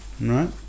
right